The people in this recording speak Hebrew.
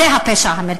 זה הפשע המרכזי.